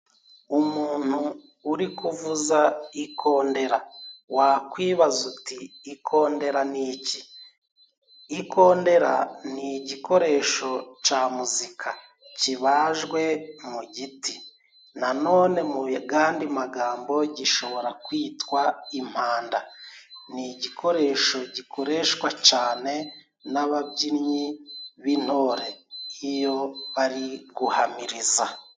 Umuntu uri kuvuza ikondera, wakwibaza uti ikondera ni iki? Ikondera ni igikoresho ca muzika kibajwe mu giti na none mu gandi magambo gishobora kwitwa impanda. Ni igikoresho gikoreshwa cane n'ababyinnyi b'intore iyo bari guhamiriza.